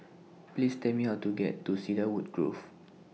Please Tell Me How to get to Cedarwood Grove